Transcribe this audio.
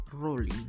Rolling